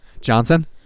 Johnson